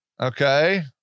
okay